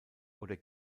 oder